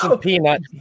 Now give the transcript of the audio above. Peanut